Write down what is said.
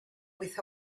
with